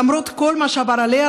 למרות כל מה שעבר עליה,